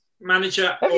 Manager